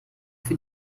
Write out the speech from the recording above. für